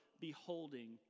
beholding